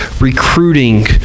recruiting